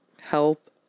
help